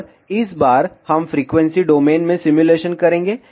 और इस बार हम फ्रीक्वेंसी डोमेन में सिमुलेशन करेंगे